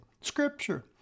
Scripture